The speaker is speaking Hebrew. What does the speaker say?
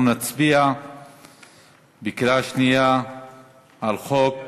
אנחנו נצביע בקריאה שנייה על הצעת חוק